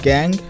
Gang